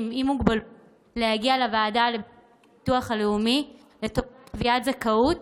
עם מוגבלות להגיע לוועדה לביטוח הלאומי לצורך קביעת זכאות